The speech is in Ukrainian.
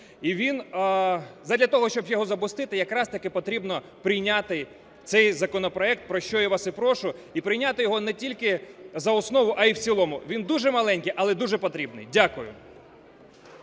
І задля того, щоб його запустити, якраз потрібно прийняти цей законопроект, про що я вас і прошу, і прийняти його не тільки за основу, а і в цілому. Він дуже маленький, але дуже потрібний. Дякую.